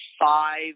five